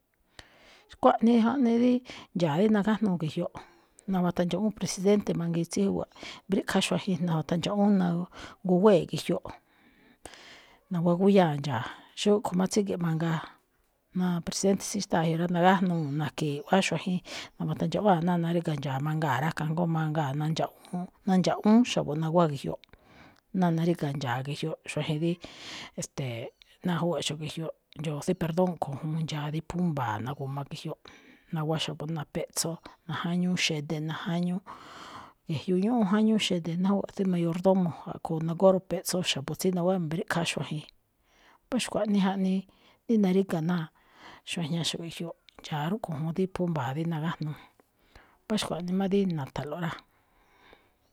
Xkuaꞌnii jaꞌnii dí ndxa̱a̱ dí nagájnuu ge̱jyoꞌ, nawatandxaꞌwúún presidente mangiin tsí júwa̱ꞌ mbríꞌkhá xuajen nawatandxaꞌwúún naguwée̱ꞌ ge̱jyoꞌ, naguwa gúyáa̱ ndxa̱a̱, xúꞌkho̱ máꞌ tsíge̱ꞌ mangaa, ná presidente tsí xtáa̱ jyo rá, nagájnuu̱ naꞌke̱e̱ i̱ꞌwá xuajen, nawatandxaꞌwáa̱ ná naríga̱ ndxa̱a̱ mangaa̱ rá, kajngó mangaa̱ nandxaꞌwúún, nandxaꞌwúún xa̱bo̱ naguwá ge̱jyoꞌ, ná naríga̱ ndxa̱a̱ ge̱jyoꞌ, xuajen rí, e̱ste̱e̱, ná júwa̱ꞌxo̱ꞌ ge̱jyoꞌ, ndxo̱o̱ tsí perdón kho̱ juun ndxa̱a̱ rí phú mba̱a̱ na̱gu̱ma ge̱jyoꞌ. Naguwá xa̱bo̱ napetso, najáñúú xede̱, najáñúú, e̱jyoꞌ ñúꞌún jáñúú xede̱ ná júwa̱ꞌ tsí mayordomo, a̱ꞌkho̱ nagóó rapeꞌtso xa̱bo̱ tsí naguwá mbríꞌkhá xuajen. Mbá xkuaꞌnii jaꞌnii rí naríga̱ náa xuajñaxo̱ꞌ ge̱jyoꞌ, ndxa̱a̱ rúꞌkho̱ juun dí phú mba̱a̱ rí nagájnuu. Mbá xkuaꞌnii má dí na̱tha̱nlo̱ꞌ rá.